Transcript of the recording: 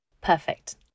Perfect